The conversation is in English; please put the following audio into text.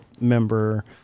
member